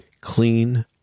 clean